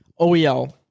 OEL